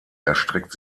erstreckt